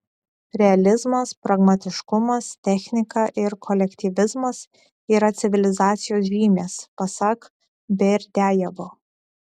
realizmas pragmatiškumas technika ir kolektyvizmas yra civilizacijos žymės pasak berdiajevo